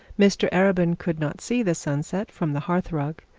mr arabin could not see the sunset from the hearth-rug,